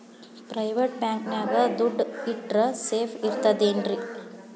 Private bank ನ್ಯಾಗ್ ದುಡ್ಡ ಇಟ್ರ ಸೇಫ್ ಇರ್ತದೇನ್ರಿ?